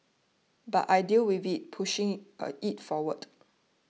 but I deal with it pushing a it forward